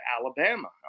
Alabama